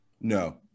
No